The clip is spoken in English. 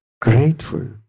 grateful